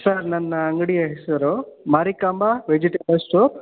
sir ನನ್ನ ಅಂಗಡಿಯ ಹೆಸರು ಮಾರಿಕಾಂಬಾ ವೆಜಿಟೇಬಲ್ ಸ್ಟೋರ್